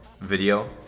video